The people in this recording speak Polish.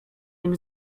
nim